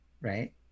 right